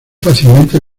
fácilmente